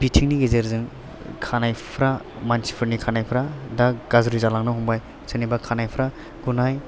बिथिंनि गेजेरजों खानायफ्रा मानसिफोरनि खानायफ्रा दा गाज्रि जालांनो हमबाय सोरनिबा खानायफ्रा गुनाय